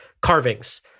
carvings